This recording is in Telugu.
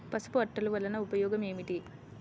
పసుపు అట్టలు వలన ఉపయోగం ఏమిటి?